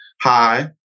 Hi